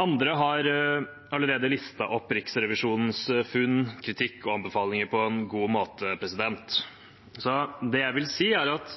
Andre har allerede listet opp Riksrevisjonens funn, kritikk og anbefalinger på en god måte. Det jeg vil si, er at